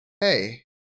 Hey